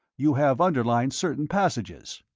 you have underlined certain passages.